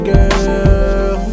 Girl